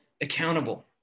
accountable